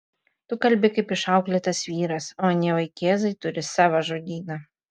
tu kalbi kaip išauklėtas vyras o anie vaikėzai turi savą žodyną